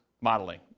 modeling